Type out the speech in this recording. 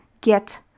get